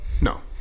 No